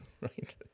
right